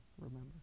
remember